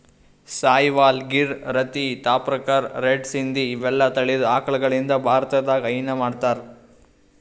Sahiwal, Gir, Rathi, Tharparkar, red Sindhi ಇವೆಲ್ಲಾ ತಳಿದ್ ಆಕಳಗಳಿಂದ್ ಭಾರತದಾಗ್ ಹೈನಾ ಮಾಡ್ತಾರ್